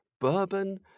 bourbon